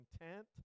intent